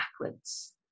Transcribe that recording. backwards